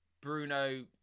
Bruno